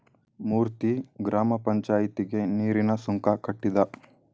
ಮೂರ್ತಿ ಗ್ರಾಮ ಪಂಚಾಯಿತಿಗೆ ನೀರಿನ ಸುಂಕ ಕಟ್ಟಿದ